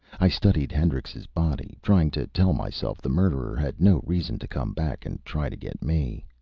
i studied hendrix's body, trying to tell myself the murderer had no reason to come back and try to get me.